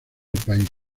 país